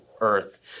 earth